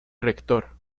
rector